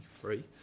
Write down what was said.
free